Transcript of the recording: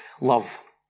love